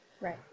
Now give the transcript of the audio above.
Right